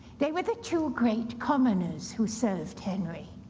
they were the two great commoners who served henry.